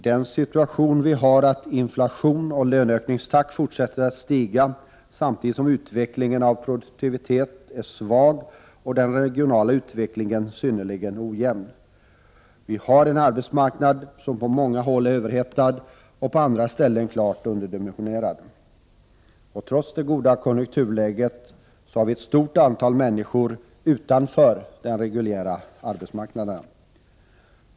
Den situation vi har är att inflationen och löneökningstakten fortsätter att stiga samtidigt som utvecklingen av produktiviteten är svag och den regionala utvecklingen är synnerligen ojämn. Vi har en arbetsmarknad som på många håll är överhettad och på andra ställen klart underdimensionerad. Trots det goda konjunkturläget har vi ett stort antal människor utanför den reguljära arbetsmarknaden.